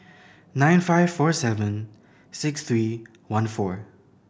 nine five four seven six three one four